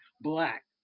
Black